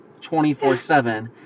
24-7